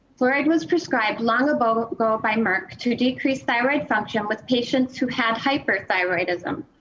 fluoride was prescribed long but ago by merck to decrease thyroid function with patients who had hyperthyroidism,